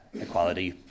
equality